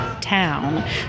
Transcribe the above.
town